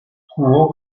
jugo